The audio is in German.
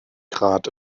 grad